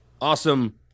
awesome